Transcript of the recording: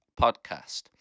podcast